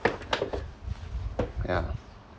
ya